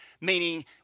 meaning